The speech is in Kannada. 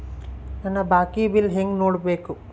ನನ್ನ ಬಾಕಿ ಬಿಲ್ ಹೆಂಗ ನೋಡ್ಬೇಕು?